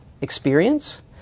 experience